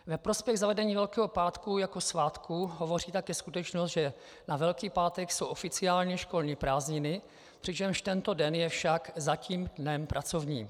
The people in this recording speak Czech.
Ve prospěch zavedení Velkého pátku jako svátku hovoří také skutečnost, že na Velký pátek jsou oficiálně školní prázdniny, přičemž tento den je však zatím dnem pracovním.